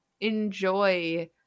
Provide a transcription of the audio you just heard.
enjoy